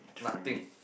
nothing